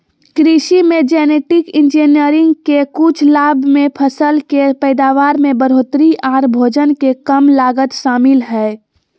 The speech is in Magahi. कृषि मे जेनेटिक इंजीनियरिंग के कुछ लाभ मे फसल के पैदावार में बढ़ोतरी आर भोजन के कम लागत शामिल हय